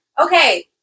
Okay